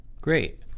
Great